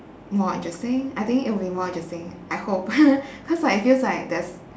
more interesting I think it would be more interesting I hope because like it feels like there's